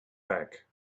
back